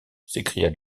s’écria